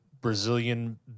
Brazilian